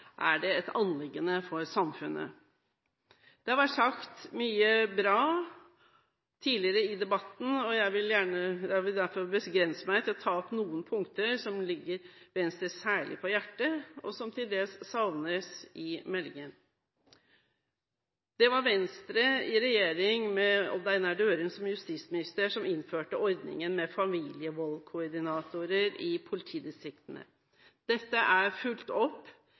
er det et anliggende for samfunnet. Det har vært sagt mye bra tidligere i debatten, og jeg vil derfor begrense meg til å ta opp noen punkter som ligger Venstre særlig på hjertet, og som til dels savnes i meldingen. Det var Venstre i regjering, med Odd Einar Dørum som justisminister, som innførte ordningen med familievoldskoordinatorer i politidistriktene. Dette er fulgt opp,